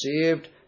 saved